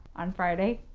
on friday.